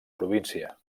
província